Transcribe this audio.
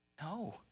No